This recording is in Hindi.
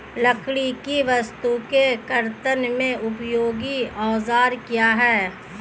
लकड़ी की वस्तु के कर्तन में उपयोगी औजार क्या हैं?